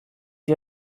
you